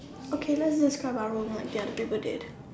okay let's just over our room like the other people did